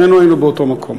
שנינו היינו באותו מקום.